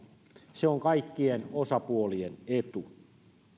se on kaikkien osapuolien etu